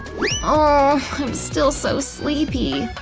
ah i'm still so sleepy.